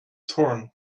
torn